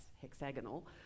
hexagonal